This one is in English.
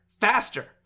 Faster